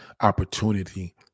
opportunity